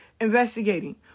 Investigating